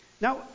Now